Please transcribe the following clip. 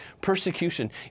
Persecution